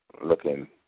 looking